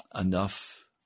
Enough